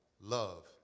love